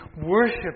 worship